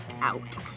out